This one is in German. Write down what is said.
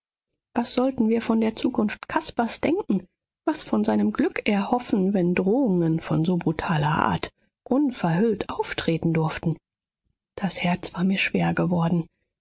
was sollten wir von der zukunft caspars denken was von seinem glück erhoffen wenn drohungen von so brutaler art unverhüllt auftreten durften das herz war mir schwer geworden